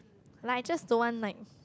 like I just don't want like